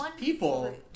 people